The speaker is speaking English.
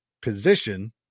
position